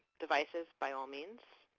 devices, by all means.